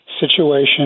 situation